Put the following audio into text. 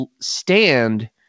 stand